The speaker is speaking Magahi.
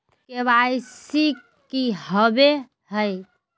के.वाई.सी की हॉबे हय?